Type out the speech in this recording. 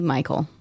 Michael